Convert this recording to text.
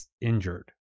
injured